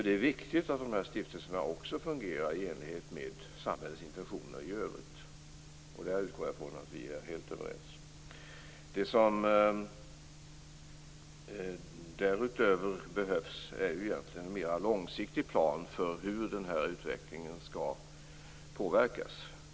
Det är viktigt att dessa stiftelser också fungerar i enlighet med samhällets intentioner i övrigt. Jag utgår från att vi är helt överens om det. Därutöver behövs en mer långsiktig plan för hur den här utvecklingen skall påverkas.